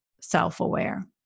self-aware